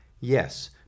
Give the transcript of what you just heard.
Yes